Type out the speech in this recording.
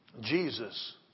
Jesus